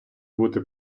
бути